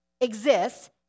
exists